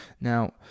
Now